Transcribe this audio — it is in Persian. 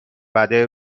بده